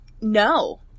No